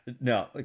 no